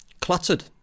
cluttered